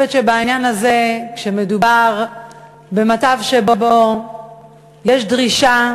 אני חושבת שבעניין הזה, כשמדובר במצב שבו יש דרישה